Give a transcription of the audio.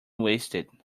wasted